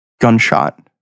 gunshot